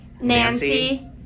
Nancy